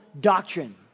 doctrine